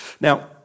Now